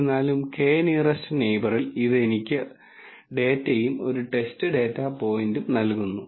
എന്നിരുന്നാലും k nearest നെയിബറിൽ ഇത് എനിക്ക് ഡാറ്റയും ഒരു ടെസ്റ്റ് ഡാറ്റ പോയിന്റും നൽകുന്നു